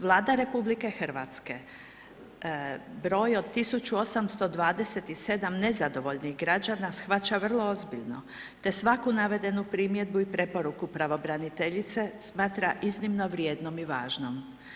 Vlada RH broj od 1827 nezadovoljnih građana shvaća vrlo ozbiljno te svaku navedeno primjedbu i preporuku pravobraniteljice smatra iznimno vrijednom i važnom.